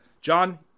John